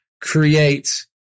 create